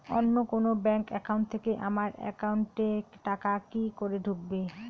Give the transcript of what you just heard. অন্য কোনো bank account থেকে আমার একাউন্ট এ টাকা কি করে ঢুকবে?